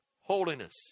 Holiness